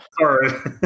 Sorry